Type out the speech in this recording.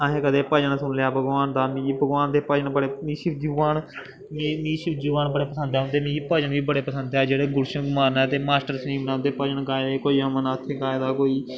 असें कदें भजन सुनी लेआ भगवान दा मिगी भगवान दे भजन बड़े मिगी शिवजी भगवान मिगी शिवजी भगवान बड़े पसंद ऐ उंदे मिगी भजन बी बड़े पसंद ऐ जेह्ड़े गुलशन ने ते मास्टर सलीम ने उं'दे भजन गाए दे कोई अमरनाथें गाए दा कोई